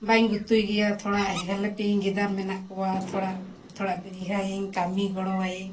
ᱵᱟᱦᱟᱧ ᱜᱩᱛᱩᱭ ᱜᱮᱭᱟ ᱛᱷᱚᱲᱟ ᱤᱧ ᱜᱤᱫᱟᱹᱨ ᱢᱮᱱᱟᱜ ᱠᱚᱣᱟ ᱛᱷᱚᱲᱟ ᱛᱷᱚᱲᱟ ᱤᱭᱟᱹᱧ ᱠᱟᱹᱢᱤ ᱜᱚᱲᱚᱣᱟᱭᱟᱹᱧ